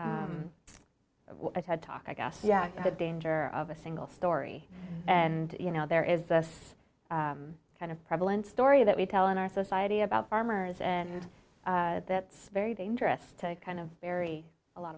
ted talk i guess yeah the danger of a single story and you know there is this kind of prevalent story that we tell in our society about farmers and that's very dangerous to kind of very a lot